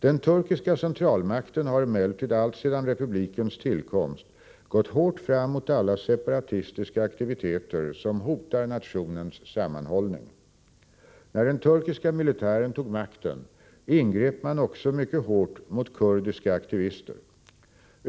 Den turkiska centralmakten har emellertid alltsedan republikens tillkomst gått hårt fram mot alla separatistiska aktiviteter som hotar nationens sammanhållning. När den turkiska militären tog makten ingrep man också mycket hårt mot kurdiska aktivister.